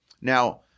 Now